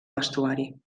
vestuari